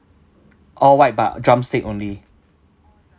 all white but drumstick only